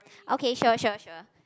okay sure sure sure